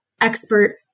expert